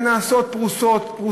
הן נעשות פרוסות-פרוסות,